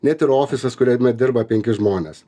net ir ofisas kuriame dirba penki žmonės